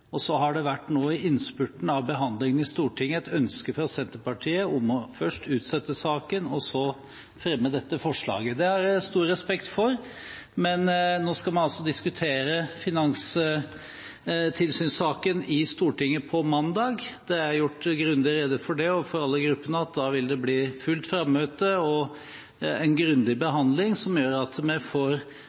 Og så har det nå i innspurten av behandlingen i Stortinget vært et ønske fra Senterpartiet om først å utsette saken, og så fremme dette forslaget. Det har jeg stor respekt for. Men nå skal vi altså diskutere finanstilsynssaken i Stortinget på mandag. Det er gjort grundig rede for overfor alle gruppene at da vil det bli fullt frammøte og en grundig behandling, som gjør at vi får